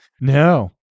No